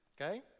okay